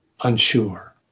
unsure